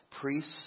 Priests